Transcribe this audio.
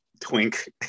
twink